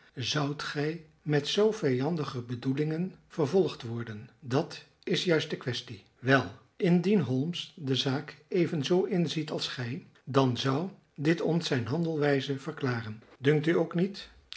zoudt gij met zoo vijandige bedoelingen vervolgd worden dat is juist de quaestie wel indien holmes de zaak evenzoo inziet als gij dan zou dit ons zijn handelwijze verklaren dunkt u ook niet